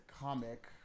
comic